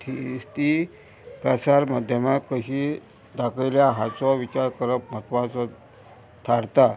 ती स्ती प्रसार माध्यमाक कशी दाखयल्या हाचो विचार करप म्हत्वाचो थारता